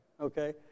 okay